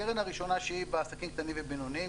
הקרן הראשונה שהיא בעסקים קטנים ובינוניים,